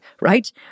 right